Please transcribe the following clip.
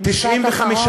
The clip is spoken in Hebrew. משפט אחרון.